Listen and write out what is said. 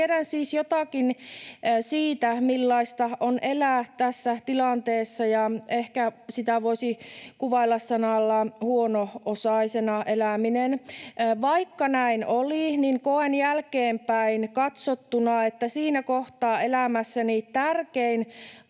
Tiedän siis jotakin siitä, millaista on elää tässä tilanteessa, ja ehkä sitä voisi kuvailla sanoilla ”huono-osaisena eläminen”. Vaikka näin oli, niin koen jälkeenpäin katsottuna, että siinä kohtaa elämässäni tärkein